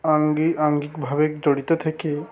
অঙ্গাঙ্গিভাবে জড়িত থেকে